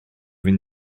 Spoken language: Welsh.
fynd